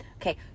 Okay